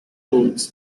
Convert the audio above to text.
clothes